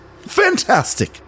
fantastic